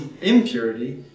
impurity